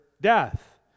death